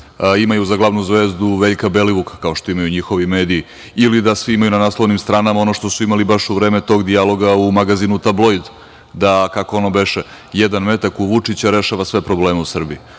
imaju za glavnu zvezdu Veljka Belivuka, kao što imaju njihovi mediji, ili da svi imaju na naslovnim stranama ono što su imali baš u vreme tog dijaloga u magazinu „Tabloid“, da kako ono beše, jedan metak u Vučića rešava sve probleme u Srbiji. Oni